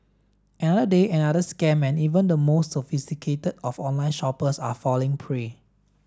another day another scam and even the most sophisticated of online shoppers are falling prey